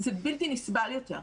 זה בלתי נסבל יותר.